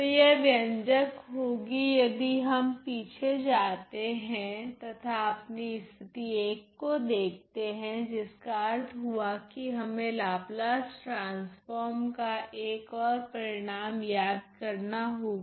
तो यह व्यंजक होगी यदि हम पीछे जाते है तथा अपनी स्थिति 1 को देखते है जिसका अर्थ हुआ की हमे लाप्लास ट्रांसफोर्म का एक ओर परिणाम याद करना होगा